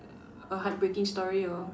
a heartbreaking story or